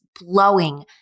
blowing